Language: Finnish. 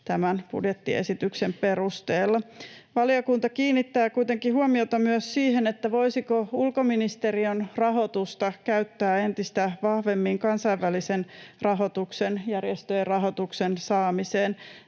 tämän budjettiesityksen perusteella. Valiokunta kiinnittää kuitenkin huomiota myös siihen, voisiko ulkoministeriön rahoitusta käyttää entistä vahvemmin kansainvälisen rahoituksen, järjestöjen rahoituksen, saamiseen.